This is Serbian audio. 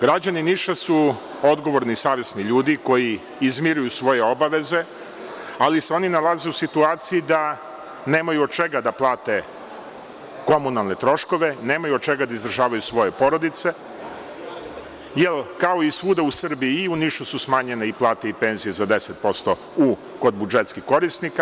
Građani Niša su odgovorni i savesni ljudi koji izmiruju svoje obaveze, ali se oni nalaze u situaciji da nemaju od čega da plate komunalne troškove, nemaju od čega da izdržavaju svoje porodice jer, kao i svuda u Srbiji, i u Nišu su smanjene i plate i penzije za 10% kod budžetskih korisnika.